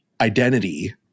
identity